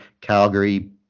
Calgary